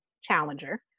challenger